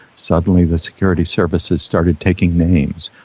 suddenly the security services started taking names.